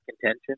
contention